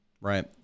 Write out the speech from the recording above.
right